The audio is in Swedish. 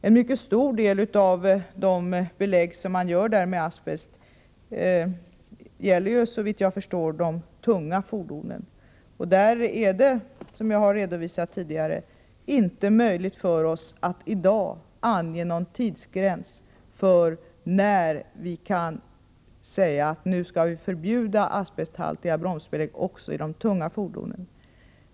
En mycket stor del av de belägg som görs med asbest gäller, såvitt jag förstår, de tunga fordonen. Där är det, som jag redovisat tidigare, inte möjligt för oss att i dag ange någon tidsgräns för när vi kan säga att vi skall förbjuda asbesthaltiga bromsbelägg.